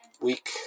week